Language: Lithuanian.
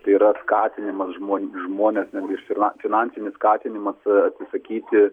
tai yra skatinimas žmon žmones netgi ir fina finansinis skatinimas atsisakyti